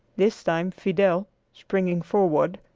this time fidel, springing forward,